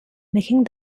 making